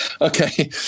Okay